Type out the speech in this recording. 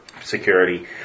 security